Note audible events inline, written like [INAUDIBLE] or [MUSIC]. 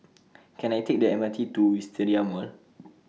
[NOISE] Can I Take The M R T to Wisteria Mall